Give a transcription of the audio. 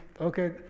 okay